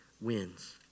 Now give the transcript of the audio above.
wins